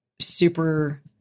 super